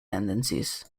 tendencies